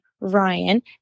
Ryan